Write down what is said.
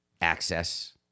access